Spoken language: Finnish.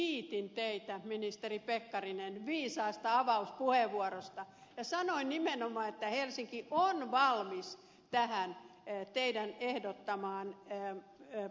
minähän kiitin teitä ministeri pekkarinen viisaasta avauspuheenvuorosta ja sanoin nimenomaan että helsinki on valmis tähän teidän ehdottamaanne puupolttoainevoimaloiden käyttöön